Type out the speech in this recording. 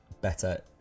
better